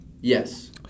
Yes